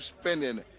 spending